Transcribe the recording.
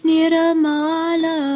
Niramala